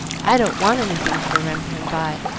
i don't want anything to remember him by.